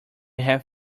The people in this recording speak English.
have